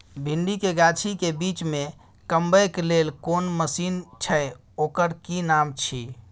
भिंडी के गाछी के बीच में कमबै के लेल कोन मसीन छै ओकर कि नाम छी?